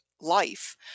life